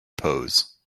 pose